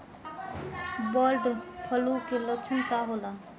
Bird flu के लक्षण का होला?